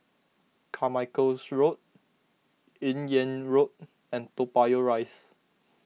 Carmichael Road Yung An Road and Toa Payoh Rise